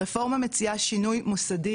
הרפורמה מציעה שינוי מוסדי,